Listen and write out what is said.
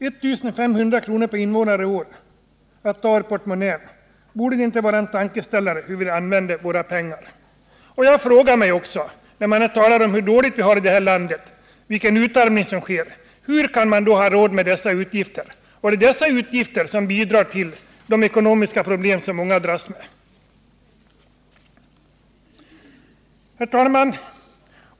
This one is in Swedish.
1 500 kr. per invånare och år att ta ur portmonnän — borde inte det ge oss en tankeställare när det gäller hur vi använder våra pengar? Man talar om hur dåligt vi har det i det här landet och vilken utarmning som sker, men jag frågar mig: Hur kan man då ha råd med dessa utgifter? Det är ju de som bidrar till de ekonomiska problem som många människor dras med. Herr talman!